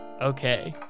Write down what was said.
Okay